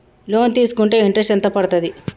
Loan తీస్కుంటే interest ఎంత పడ్తది?